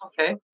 Okay